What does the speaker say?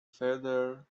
further